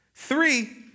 Three